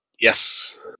Yes